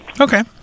Okay